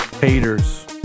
haters